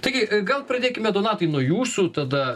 taigi gal pradėkime donatai nuo jūsų tada